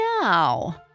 now